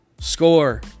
Score